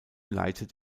leitet